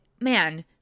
man